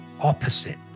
opposite